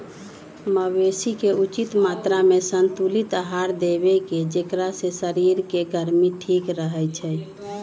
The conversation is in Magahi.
मवेशी के उचित मत्रामें संतुलित आहार देबेकेँ जेकरा से शरीर के गर्मी ठीक रहै छइ